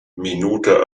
minute